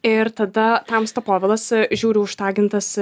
ir tada tamsta povilas žiūriu užtagintas